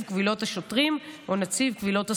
קבילות השוטרים או נציב קבילות הסוהרים,